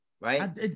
right